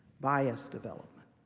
bias development.